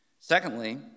Secondly